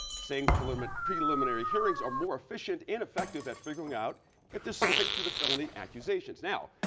saying preliminary preliminary hearings are more efficient and effective at figuring out if there's something to the felony accusations. now,